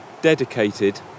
dedicated